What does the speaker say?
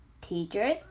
teachers